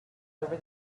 over